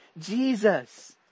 Jesus